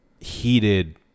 heated